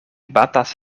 batas